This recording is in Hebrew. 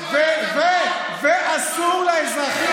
ואסור לאזרחים,